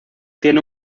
tiene